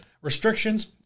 restrictions